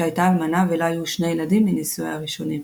שהייתה אלמנה ולה היו שני ילדים מנשואיה הראשונים.